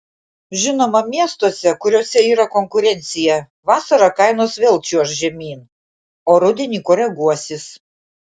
žinoma miestuose kuriuose yra konkurencija vasarą kainos vėl čiuoš žemyn o rudenį koreguosis